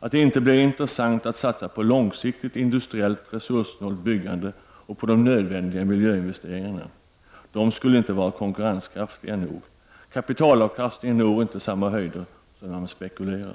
att det inte blir intressant att satsa på långsiktigt industriellt resurs snålt byggande och på de nödvändiga miljöinvesteringarna. De skulle inte vara konkurrenskraftiga nog; kapitalavkastningen når inte samma höjder som när man spekulerar.